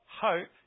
Hope